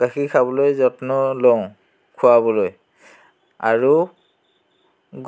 গাখীৰ খাবলৈ যত্ন লওঁ খোৱাবলৈ আৰু